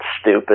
stupid